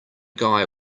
guy